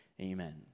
amen